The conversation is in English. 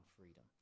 freedom